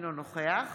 אינו נוכח